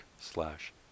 slash